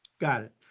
got it.